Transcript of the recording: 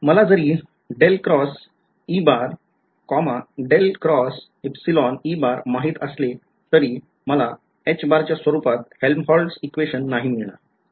मला जरी माहित असले तरी मला च्या स्वरूपात Helmholtz equation नाही मिळणार